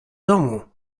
domu